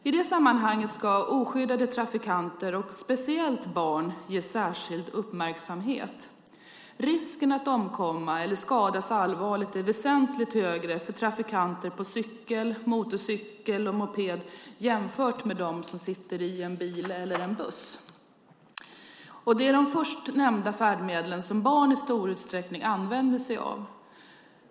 I det sammanhanget ska oskyddade trafikanter, och speciellt barn, ges särskild uppmärksamhet. Risken att omkomma eller skadas allvarligt är väsentligt högre för trafikanter på cykel, motorcykel och moped än för dem som sitter i en bil eller buss. Det är de först nämnda färdmedlen som barn i stor utsträckning använder sig av.